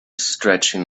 stretching